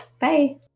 Bye